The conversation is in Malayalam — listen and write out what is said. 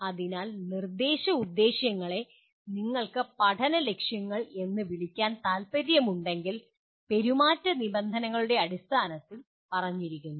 അതിനാൽ നിർദ്ദേശഉദ്ദശൃങ്ങളെ നിങ്ങൾക്ക് പഠന ലക്ഷ്യങ്ങൾ എന്ന് വിളിക്കാൻ താൽപ്പര്യമുണ്ടെങ്കിൽ പെരുമാറ്റ നിബന്ധനകളുടെ അടിസ്ഥാനത്തിൽ പറഞ്ഞിരിക്കുന്നു